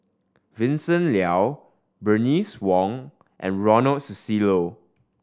Vincent Leow Bernice Wong and Ronald Susilo